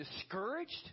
discouraged